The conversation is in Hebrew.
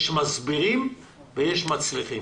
יש מסבירים ויש מצליחים.